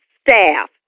staff